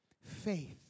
faith